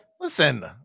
Listen